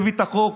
מביא את החוק,